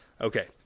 Okay